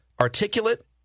articulate